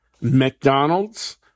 McDonald's